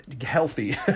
healthy